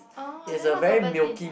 orh then what's Ovaltine